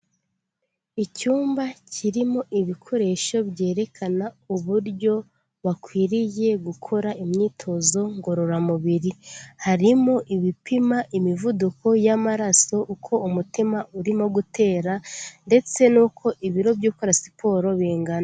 Icyumba kirimo ibikoresho byerekana uburyo bakwiriye gukora imyitozo ngororamubiri, harimo ibipima imivuduko y'amaraso, uko umutima urimo gutera, ndetse n'uko ibiro by'ukora siporo bingana.